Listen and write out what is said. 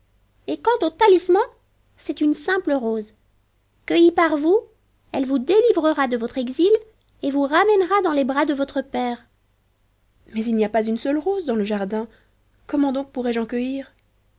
et quant au talisman c'est une simple rose cueillie par vous elle vous délivrera de votre exil et vous ramènera dans les bras de votre père mais il n'y a pas une seule rosé dans le jardin comment donc pourrais-je en cueillir